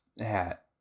hat